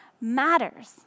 matters